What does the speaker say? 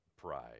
pride